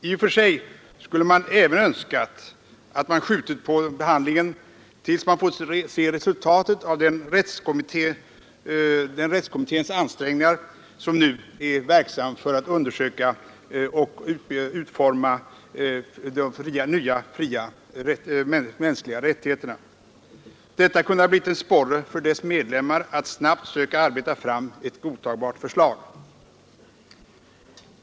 I och för sig skulle jag även önska att man skjutit på behandlingen tills man fått se resultatet av den kommittés ansträngningar som nu är verksam för att undersöka och utforma det nya stadgandet om de mänskliga frioch rättigheterna. Det kunde ha blivit en sporre för kommitténs medlemmar att snabbt söka arbeta fram ett godtagbart förslag.